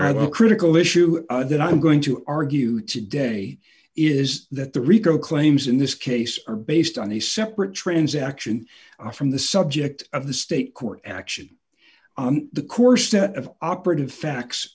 rather critical issue that i'm going to argue today is that the rico claims in this case are based on a separate transaction from the subject of the state court action on the core set of operative facts